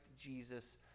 jesus